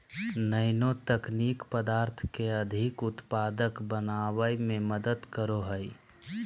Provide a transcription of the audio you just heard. nano तकनीक पदार्थ के अधिक उत्पादक बनावय में मदद करो हइ